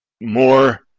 more